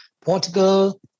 Portugal